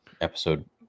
episode